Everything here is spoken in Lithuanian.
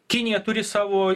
kinija turi savo